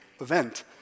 event